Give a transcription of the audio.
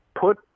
put